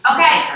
Okay